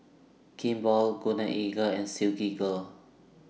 Kimball Golden Eagle and Silkygirl